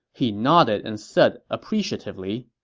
he nodded and said appreciatively,